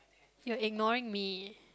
you're ignoring me